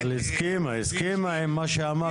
היא הסכימה עם מה שאמרת.